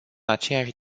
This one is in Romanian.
aceeași